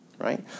Right